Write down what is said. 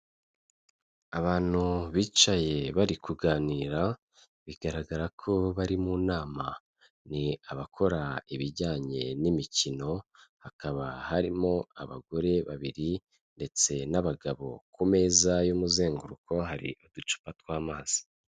Abantu bicaye bari kuganira bigaragara ko bari mu nama, ni abakora ibijyanye n'imikino, hakaba harimo abagore babiri ndetse n'abagabo, ku meza y'umuzenguruko hari uducupa tw'amazi.